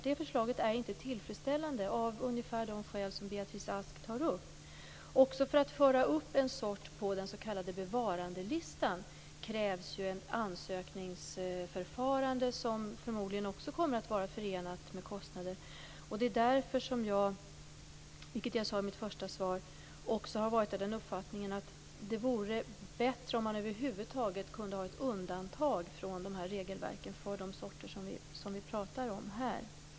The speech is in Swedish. Det förslaget är inte tillfredsställande, ungefär av de skäl som Beatrice Även för att föra upp en sort på den s.k. bevarandelistan krävs ett ansökningsförfarande, som förmodligen också kommer att vara förenat med kostnader. Det är därför som jag, vilket jag sade i mitt första svar, också har den uppfattningen att det vore bättre om man över huvud taget kunde ha ett undantag i de här regelverken för de sorter som vi talar om här.